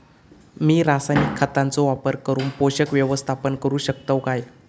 मी रासायनिक खतांचो वापर करून पोषक व्यवस्थापन करू शकताव काय?